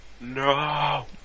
No